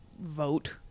vote